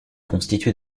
constitué